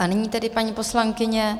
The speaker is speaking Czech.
Nyní tedy paní poslankyně...